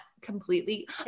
completely